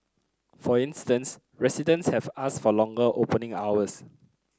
for instance residents have asked for longer opening hours